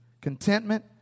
Contentment